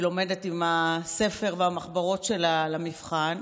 לומדת עם הספר ועם המחברות שלה למבחן.